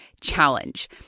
Challenge